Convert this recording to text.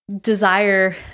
desire